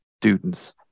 students